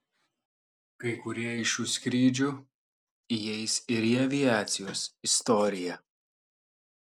kai kurie iš šių skrydžių įeis ir į aviacijos istoriją